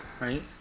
Right